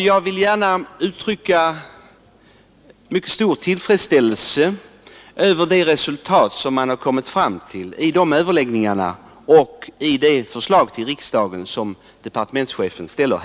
Jag vill gärna uttrycka mycket stor tillfredsställelse över de resultat som man kom fram till vid de överläggningarna och över departementschefens förslag.